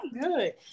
good